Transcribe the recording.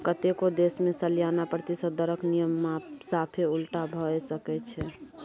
कतेको देश मे सलियाना प्रतिशत दरक नियम साफे उलटा भए सकै छै